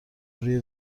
روی